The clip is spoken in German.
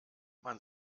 man